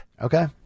Okay